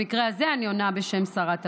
במקרה הזה אני עונה בשם שרת הפנים.